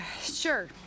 sure